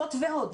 זאת ועוד,